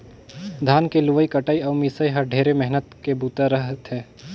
धान के लुवई कटई अउ मिंसई ह ढेरे मेहनत के बूता रह थे